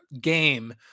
game